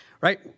Right